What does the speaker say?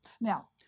Now